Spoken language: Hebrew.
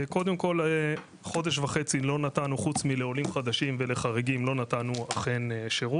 קודם כל חודש וחצי לא נתנו חוץ מלעולים חדשים ולחריגים לא נתנו שירות,